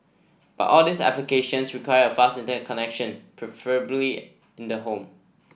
but all these applications require a fast Internet connection preferably in the home